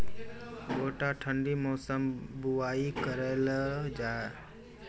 गोटा ठंडी मौसम बुवाई करऽ लो जा?